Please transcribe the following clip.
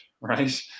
right